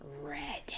Red